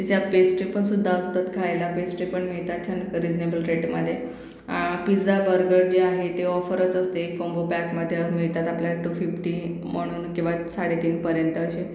तिच्यात पेस्ट्रीपण सुद्धा असतात खायला पेस्ट्रीपण मिळतात छान रिजनेबल रेटमधे पिझ्झा बर्गर जे आहे ते ऑफरच असते कॉम्बो पॅकमधे मिळतात आपल्याला टू फिप्टी म्हणून किंवा साडेतीनपर्यंत असे